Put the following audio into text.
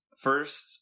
First